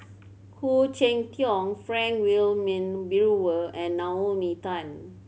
Khoo Cheng Tiong Frank Wilmin Brewer and Naomi Tan